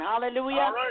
hallelujah